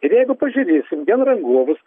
ir jeigu pažiūrėsim genrangovus